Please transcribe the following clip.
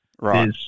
Right